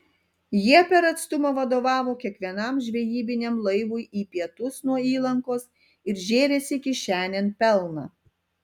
jie per atstumą vadovavo kiekvienam žvejybiniam laivui į pietus nuo įlankos ir žėrėsi kišenėn pelną